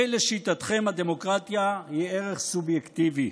הרי לשיטתכם הדמוקרטיה היא ערך סובייקטיבי,